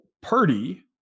Purdy